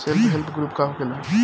Self help group का होखेला?